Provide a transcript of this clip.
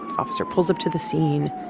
officer pulls up to the scene.